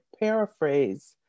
paraphrase